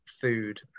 food